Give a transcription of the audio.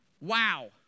wow